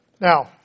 Now